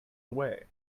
away